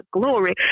glory